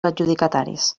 adjudicataris